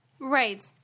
Right